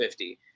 50